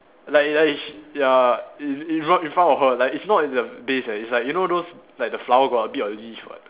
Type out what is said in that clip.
like like ya ya in in fr~ in front of her like it's not in the vase leh it's like you know those like the flower got a bit of leaf [what]